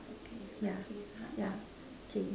yeah yeah okay